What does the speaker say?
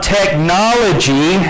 technology